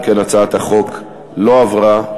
אם כן, הצעת החוק לא עברה.